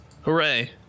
Hooray